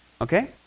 Okay